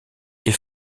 est